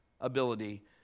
ability